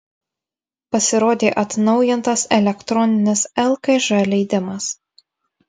pasirodė atnaujintas elektroninis lkž leidimas